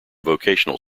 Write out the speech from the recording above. vocational